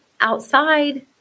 outside